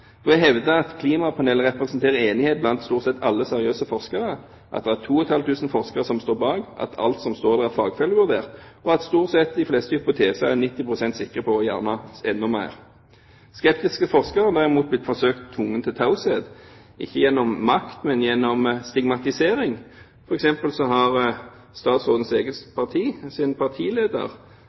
at klimapanelet representerer enighet blant stort sett alle seriøse forskere, at det er 2 500 forskere som står bak, at alt som står der, er fagfellevurdert, og at stort sett de fleste hypoteser er 90 pst. sikre og gjerne enda mer. Skeptiske forskere derimot er blitt forsøkt tvunget til taushet, ikke gjennom makt, men gjennom stigmatisering. For eksempel har statsrådens eget partis partileder